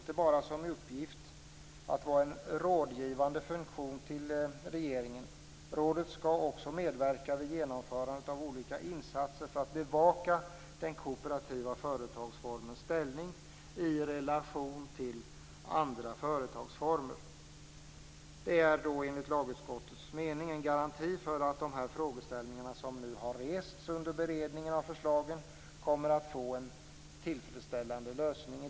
Det skall inte enbart fungera som ett rådgivande organ till regeringen. Rådet skall också medverka vid genomförandet av olika insatser för att bevaka den kooperativa företagsformens ställning i relation till andra företagsformer. Det är enligt utskottet en garanti för att de frågeställningar som rests under beredningen av förslagen kommer att få en tillfredsställande lösning.